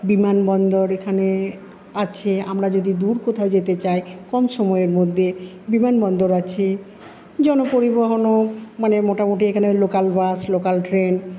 বিমান বন্দর এখানে আছে আমরা যদি দূর কোথাও যেতে চাই কম সময়ের মধ্যে বিমান বন্দর আছে জনপরিবহনও মানে এখানে মোটামুটি লোকাল বাস লোকাল ট্রেন